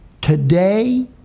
today